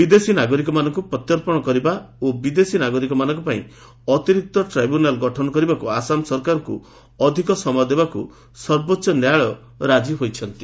ବିଦେଶୀ ନାଗରିକମାନଙ୍କୁ ପ୍ରତ୍ୟର୍ପଣ କରିବା ଓ ବିଦେଶୀ ନାଗରିକମାନଙ୍କ ପାଇଁ ଅତିରିକ୍ତ ଟ୍ରିବ୍ୟୁନାଲ୍ ଗଠନ କରିବାକୁ ଆସାମ ସରକାରଙ୍କୁ ଅଧିକ ସମୟ ଦେବାକୁ ସର୍ବୋଚ୍ଚ ନ୍ୟାୟାଳୟ ରାଜି ହୋଇଛନ୍ତି